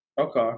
Okay